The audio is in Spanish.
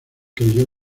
creyó